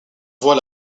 voit